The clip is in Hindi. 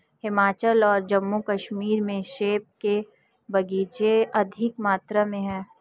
हिमाचल और जम्मू कश्मीर में सेब के बगीचे अधिक मात्रा में है